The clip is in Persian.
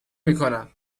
میکنم